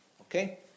Okay